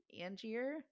Angier